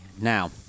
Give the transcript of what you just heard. Now